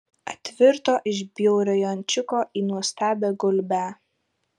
atvirto iš bjauriojo ančiuko į nuostabią gulbę